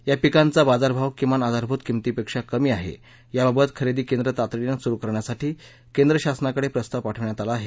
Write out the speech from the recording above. या पिकांचा बाजारभाव किमान आधारभूत किंमतीपेक्षा कमी आहे याबाबत खरेदी केंद्र तातडीने सुरु करण्यासाठी केंद्र शासनाकडे प्रस्ताव पाठविण्यात आला आहे